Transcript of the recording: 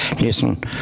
listen